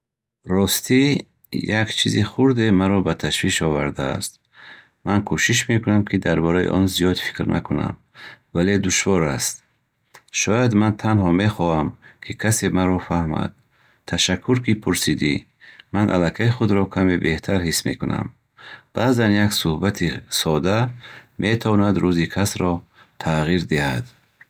Ростӣ, як чизи хурде маро ба ташвиш овардааст. Ман кӯшиш мекунам, ки дар бораи он зиёд фикр накунам, вале душвор аст. Шояд ман танҳо мехоҳам, ки касе маро фаҳмад. Ташаккур, ки пурсидӣ, ман аллакай худро каме беҳтар ҳис мекунам. Баъзан як сӯҳбати содда метавонад рӯзи касро тағйир диҳад.